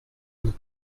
and